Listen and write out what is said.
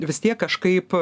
vis tiek kažkaip